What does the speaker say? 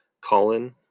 Colin